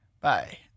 Bye